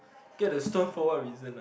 get the stuff for what reason ah